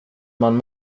man